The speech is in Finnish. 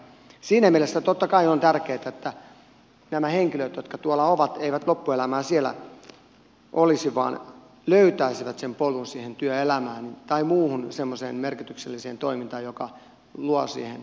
siinä mielessä totta kai on tärkeätä että nämä henkilöt jotka tuolla ovat eivät loppuelämäänsä siellä olisi vaan löytäisivät sen polun työelämään tai muuhun semmoiseen merkitykselliseen toimintaan joka luo arkeen sisältöä